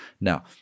Now